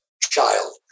child